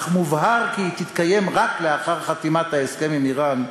אך מובהר כי היא תתקיים רק לאחר חתימת ההסכם עם איראן,